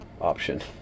option